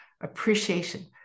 appreciation